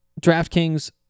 DraftKings